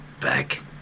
back